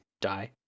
die